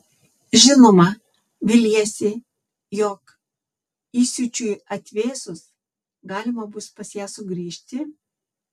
žinoma viliesi jog įsiūčiui atvėsus galima bus pas ją sugrįžti